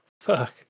Fuck